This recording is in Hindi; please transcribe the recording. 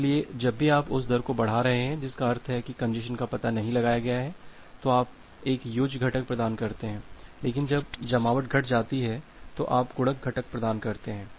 इसलिए जब भी आप उस दर को बढ़ा रहे हैं जिसका अर्थ है कि कंजेस्शन का पता नहीं लगाया गया है तो आप एक योज्य घटक प्रदान करते हैं लेकिन जब जमाव घट जाता है तो आप गुणन घटक प्रदान करते हैं